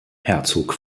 herzog